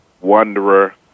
wanderer